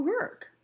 work